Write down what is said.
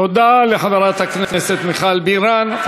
תודה לחברת הכנסת מיכל בירן.